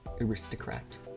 aristocrat